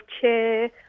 Chair